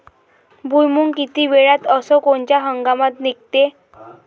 भुईमुंग किती वेळात अस कोनच्या हंगामात निगते?